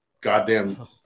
goddamn